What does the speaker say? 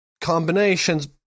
combinations